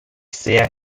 sehr